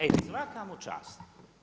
E svaka mu čast.